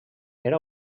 era